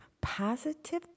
positive